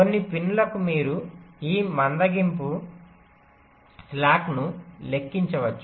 కొన్ని పిన్లకు మీరు ఈ మందగింపును లెక్కించవచ్చు